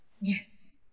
Yes